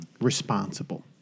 responsible